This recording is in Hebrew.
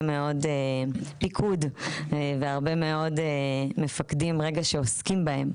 מאוד פיקוד והרבה מאוד מפקדים שעוסקים בהם.